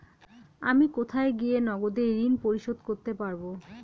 আমি কোথায় গিয়ে নগদে ঋন পরিশোধ করতে পারবো?